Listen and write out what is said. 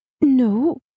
No